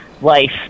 life